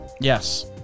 Yes